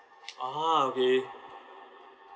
ah okay